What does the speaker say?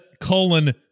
colon